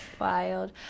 Wild